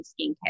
skincare